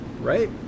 right